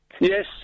Yes